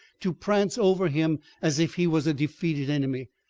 to prance over him as if he was a defeated enemy,